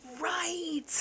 right